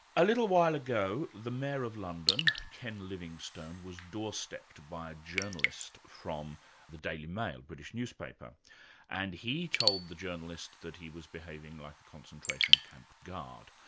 a little while ago the mayor of london, ken livingstone was door stepped by a journalist from the daily mail, a british newspaper and he told the journalist that he was behaving like a concentration camp guard.